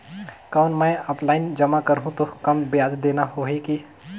कौन मैं ऑफलाइन जमा करहूं तो कम ब्याज देना होही की?